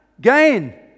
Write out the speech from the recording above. gain